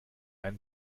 einen